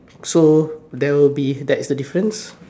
so there will be that is the difference